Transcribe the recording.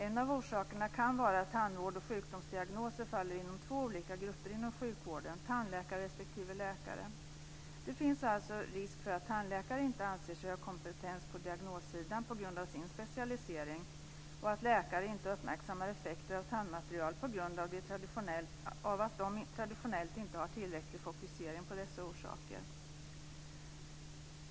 En av orsakerna kan vara att tandvård och sjukdomsdiagnoser faller inom två olika grupper inom sjukvården, tandläkare respektive läkare. Det finns alltså risk för att tandläkare inte anser sig ha kompetens på diagnossidan på grund av sin specialisering och att läkare inte uppmärksammar effekter av dentalmaterial på grund av att de traditionellt inte har fokusering på dessa orsaker.